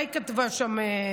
מה היא כתבה שם?